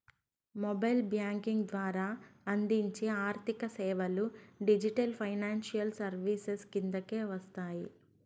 mobile banking ద్వారా అందించే ఆర్థిక సేవలు డిజిటల్ ఫైనాన్షియల్ సర్వీసెస్ కిందకే వస్తాయి